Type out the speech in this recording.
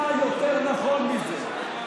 מה יותר נכון מזה?